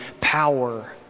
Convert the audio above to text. power